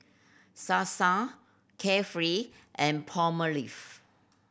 Sasa Carefree and Palmolive